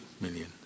million